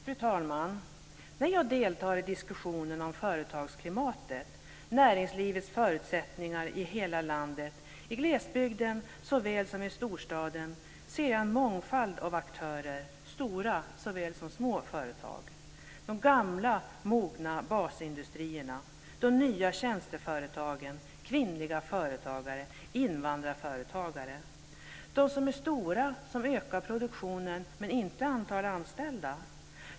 Fru talman! När jag deltar i diskussionen om företagsklimatet, näringslivets förutsättningar i hela landet, i glesbygden såväl som i storstaden, ser jag en mångfald av aktörer, stora såväl som små företag - de gamla och mogna basindustrierna, de nya tjänsteföretagen, kvinnliga företagare och invandrarföretagare. Jag ser stora företag som ökar produktionen men inte ökar antal anställda.